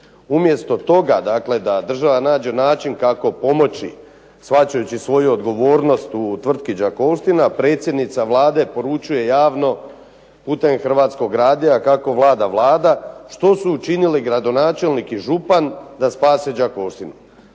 Umjesto toga da država nađe način kako pomoći shvaćajući svoju odgovornost u tvrtki Đakovština, predsjednica Vlade poručuje javno putem Hrvatskog radija, kako vlada Vlada, što su učinili gradonačelnik i župan da spase Đakovštinu.